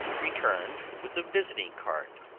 returned with a visiting-card